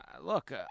look